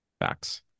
Facts